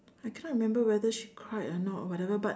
I can't remember whether she cried or not whatever but